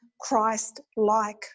Christ-like